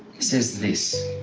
it says this.